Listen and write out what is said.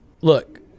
look